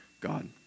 God